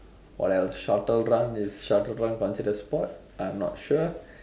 what else shuttle run is shuttle run considered sport I'm not sure